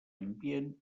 ambient